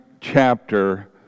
chapter